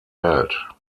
welt